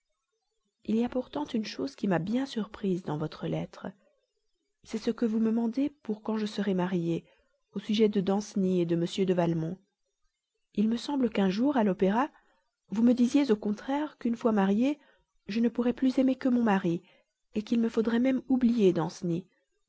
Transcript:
il y a pourtant une chose qui m'a bien surprise dans votre lettre c'est ce que vous me mandez pour quand je serai mariée au sujet de danceny de m de valmont il me semble qu'un jour à l'opéra vous me disiez au contraire qu'une fois mariée je ne pourrais plus aimer que mon mari qu'il me faudrait même oublier danceny